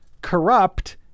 corrupt